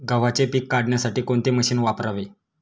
गव्हाचे पीक काढण्यासाठी कोणते मशीन वापरावे?